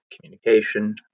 communication